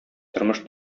тормыш